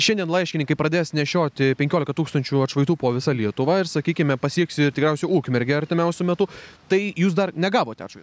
šiandien laiškininkai pradės nešioti penkiolika tūkstančių atšvaitų po visą lietuvą ir sakykime pasieks ir tikriausiai ukmergę artimiausiu metu tai jūs dar negavot atšvaito